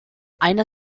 einer